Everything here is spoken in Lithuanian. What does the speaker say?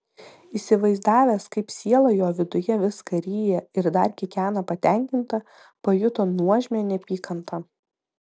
įsivaizdavęs kaip siela jo viduje viską ryja ir dar kikena patenkinta pajuto nuožmią neapykantą